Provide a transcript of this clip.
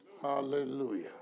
Hallelujah